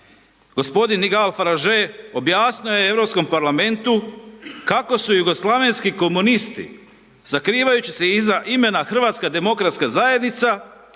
Gospodin Nigel Faragel objasnio je Europskom parlamentu kako su jugoslavenski komunisti, sakrivajući se iza imena HDZ, preuzeli